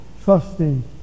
trusting